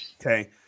okay